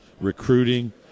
recruiting